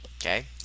okay